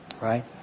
Right